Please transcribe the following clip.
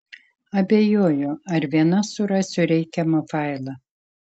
abejoju ar viena surasiu reikiamą failą